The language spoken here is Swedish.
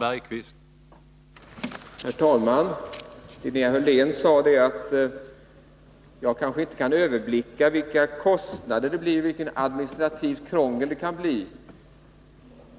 Herr talman! Linnea Hörlén sade att jag kanske inte kan överblicka vilka kostnader och vilket administrativt krångel det kan bli